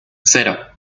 cero